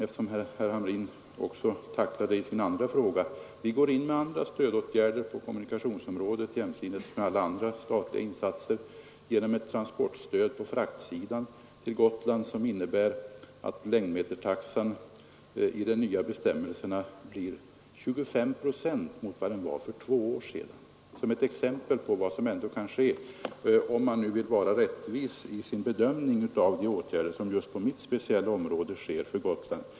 Eftersom herr Hamrin tog upp saken i sin andra fråga, vill jag också nämna att vi går in med andra stödåtgärder på kommunikationsområdet med de statliga insatser i form av transportstöd på fraktsidan som innebär att längdmetertaxan i de nya bestämmelserna blir 25 procent av vad den var för två år sedan. Jag tycker att man bör anföra det som ett exempel på vad som ändå sker, om man nu vill vara rättvis i sin bedömning av de åtgärder som på mitt speciella område vidtas för Gotland.